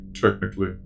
technically